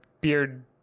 beard